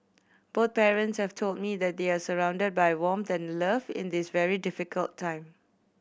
both parents have told me that they are surrounded by warmth and love in this very difficult time